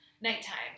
Nighttime